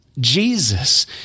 Jesus